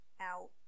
out